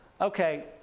Okay